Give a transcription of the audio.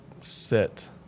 sit